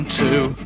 two